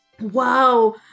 wow